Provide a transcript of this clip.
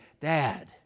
Dad